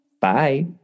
Bye